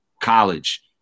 college